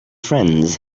friends